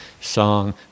song